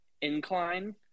incline